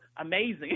amazing